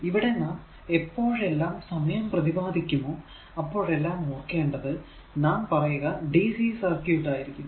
ഇവിടെ നാം എപ്പോഴെല്ലാം സമയം പ്രതിപാദിക്കുമോ അപ്പോഴെല്ലാം ഓർക്കേണ്ടത് നാം പറയുക DC സർക്യൂട് ആയിരിക്കും